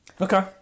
Okay